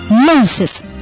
Moses